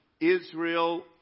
Israel